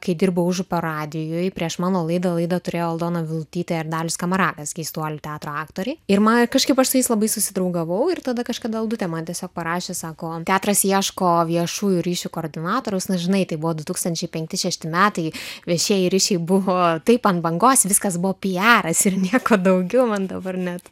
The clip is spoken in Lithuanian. kai dirbau užupio radijuj prieš mano laidą laidą turėjo aldoną vilutytė ir dalius skamarakas keistuolių teatro aktoriai ir man kažkaip aš su jais labai susidraugavau ir tada kažkada aldutė man tiesiog parašė sako teatras ieško viešųjų ryšių koordinatoriaus na žinai tai buvo du tūkstančiai penkti šešti metai viešieji ryšiai buvo taip ant bangos viskas buvo pijaras ir nieko daugiau man dabar net